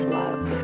love